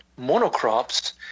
monocrops